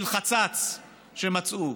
של חצץ שמצאו.